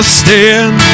stand